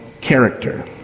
character